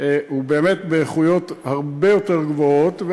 הוא באמת באיכויות הרבה יותר גבוהות.